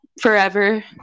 Forever